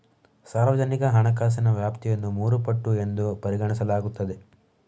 ಸಾರ್ವಜನಿಕ ಹಣಕಾಸಿನ ವ್ಯಾಪ್ತಿಯನ್ನು ಮೂರು ಪಟ್ಟು ಎಂದು ಪರಿಗಣಿಸಲಾಗುತ್ತದೆ